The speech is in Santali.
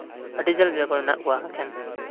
ᱟᱹᱰᱤ ᱡᱷᱟᱹᱞ ᱡᱟᱭᱜᱟ ᱠᱚᱨᱮᱱ ᱢᱮᱱᱟᱜ ᱠᱚᱣᱟ ᱮᱠᱷᱮᱱ